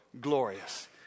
glorious